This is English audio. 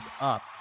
up